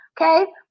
okay